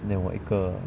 then 我一个